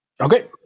Okay